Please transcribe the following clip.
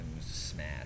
smash